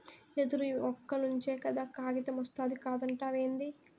యెదురు మొక్క నుంచే కదా కాగితమొస్తాది కాదంటావేంది